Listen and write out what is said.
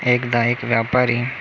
एकदा एक एक व्यापारी